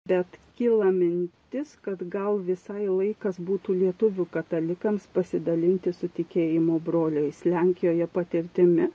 bet kyla mintis kad gal visai laikas būtų lietuvių katalikams pasidalinti su tikėjimo broliais lenkijoje patirtimi